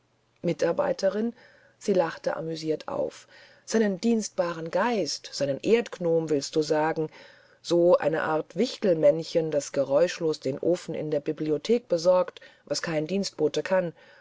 mitarbeiterin sie lachte amüsiert auf seinen dienstbaren geist einen erdgnomen willst du sagen so eine art wichtelmännchen das geräuschlos den ofen in der bibliothek besorgt was kein dienstbote kann